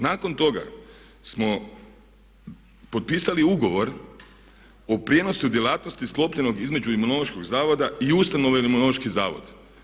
Nakon toga smo potpisali ugovor o prijenosu djelatnosti sklopljenog između Imunološkog zavoda i ustanove Imunološki zavod.